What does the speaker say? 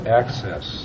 access